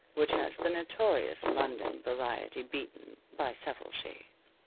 which has the notorious london variety beaten by several shades.